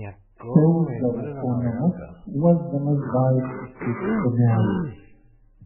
siausdavo po namus uosdamas daiktus kaip šunelis